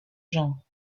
genre